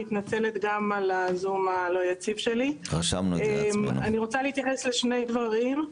אני רוצה להתייחס לשני דברים: